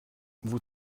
vous